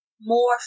more